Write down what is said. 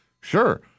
Sure